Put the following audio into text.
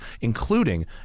including